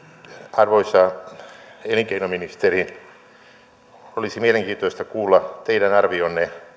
arvoisa elinkeinoministeri olisi mielenkiintoista kuulla teidän arvionne